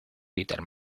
peter